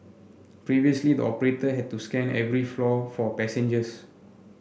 previously the operator had to scan every floor for passengers